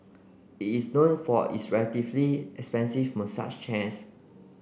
is known for its relatively expensive massage chairs